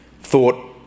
thought